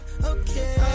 Okay